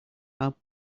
how